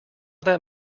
that